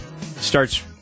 starts